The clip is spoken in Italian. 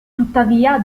tuttavia